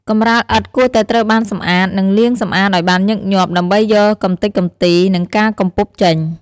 កម្រាលឥដ្ឋគួរតែត្រូវបានសម្អាត និងលាងសម្អាតឱ្យបានញឹកញាប់ ដើម្បីយកកំទេចកំទី និងការកំពប់ចេញ។